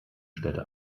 stellte